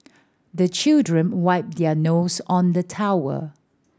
the children wipe their nose on the towel